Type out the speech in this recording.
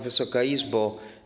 Wysoka Izbo!